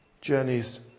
journeys